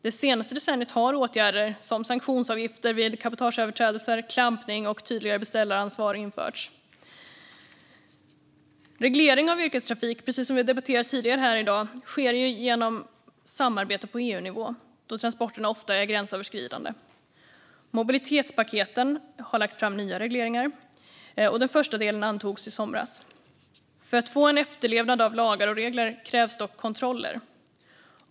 Det senaste decenniet har åtgärder som sanktionsavgifter vid cabotageöverträdelser, klampning och ett tydligare beställaransvar införts. Reglering av yrkestrafik, precis som vi har debatterat om tidigare här i dag, sker genom samarbete på EU-nivå eftersom transporterna ofta är gränsöverskridande. Mobilitetspaketen har lagt fram nya regleringar, och den första delen antogs i somras. För att få en efterlevnad av lagar och regler krävs dock kontroller.